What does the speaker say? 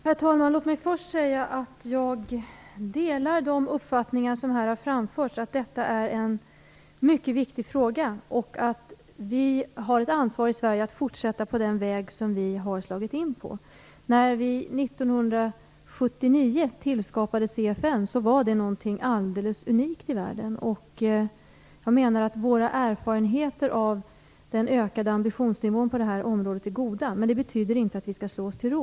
Herr talman! Låt mig först säga att jag delar de uppfattningar som här har framförts. Detta är en mycket viktig fråga. Vi har i Sverige ett ansvar att fortsätta på den väg som vi har slagit in på. När vi år 1979 tillskapade CFN var det någonting alldeles unikt i världen. Jag menar att våra erfarenheter av den ökade ambitionsnivån på detta område är goda, men det betyder inte att vi skall slå oss till ro.